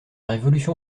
révolution